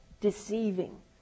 deceiving